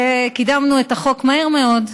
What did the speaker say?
שקידמנו את החוק מהר מאוד,